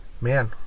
man